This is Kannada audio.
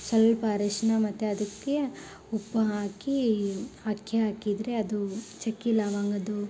ಸ್ವಲ್ಪ ಅರಶಿನ ಮತ್ತು ಅದಕ್ಕೆ ಉಪ್ಪು ಹಾಕಿ ಅಕ್ಕಿ ಹಾಕಿದರೆ ಅದು ಚಕ್ಕೆ ಲವಂಗದ್ದು